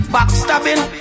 Backstabbing